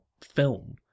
film